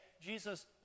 Jesus